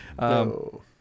No